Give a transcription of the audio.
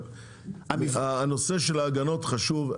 הנושא של ההגנות חשוב,